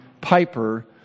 Piper